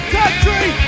country